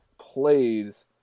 plays